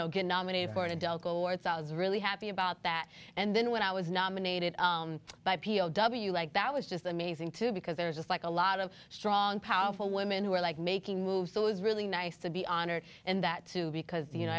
know get nominated for an adult it's i was really happy about that and then when i was nominated by p o w like that was just amazing too because there's just like a lot of strong powerful women who are like making moves so it was really nice to be honored and that too because you know